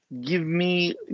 give-me